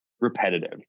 repetitive